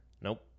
nope